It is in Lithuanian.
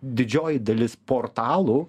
didžioji dalis portalų